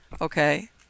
Okay